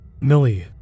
Millie